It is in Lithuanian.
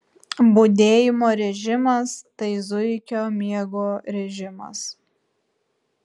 budėjimo režimas tai zuikio miego režimas